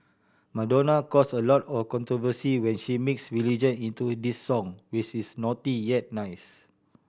Madonna cause a lot of controversy when she mix religion into this song which is naughty yet nice